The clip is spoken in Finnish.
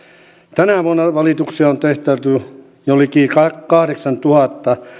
tänä vuonna valituksia on tehtailtu jo liki kahdeksantuhatta